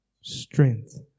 strength